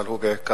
אבל הוא בעיקר